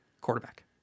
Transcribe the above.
quarterback